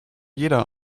jeder